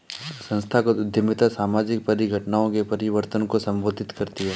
संस्थागत उद्यमिता सामाजिक परिघटनाओं के परिवर्तन को संबोधित करती है